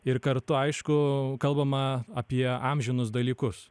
ir kartu aišku kalbama apie amžinus dalykus